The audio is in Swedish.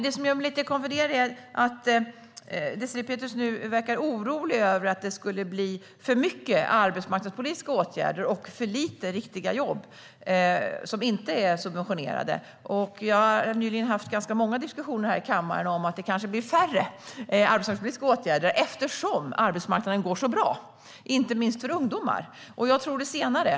Det som gör mig lite konfunderad är att Désirée Pethrus nu verkar orolig över att det skulle bli för mycket arbetsmarknadspolitiska åtgärder och för lite riktiga jobb som inte är subventionerade. Jag har nyligen haft ganska många diskussioner här i kammaren om att det kanske blir färre arbetsmarknadspolitiska åtgärder eftersom arbetsmarknaden går så bra, inte minst för ungdomar. Jag tror det senare.